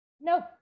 nope